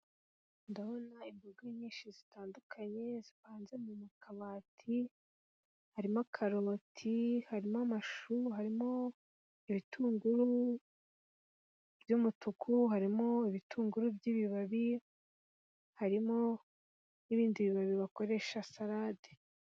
Ndabona imboga nyinshi zitandukanye zivanze mu mu kabati harimo karoti harimo amashu harimo ibitunguru by'umutuku harimowo ibitunguru by'ibibabi harimo n'ibindi bibabi bakoresha salade.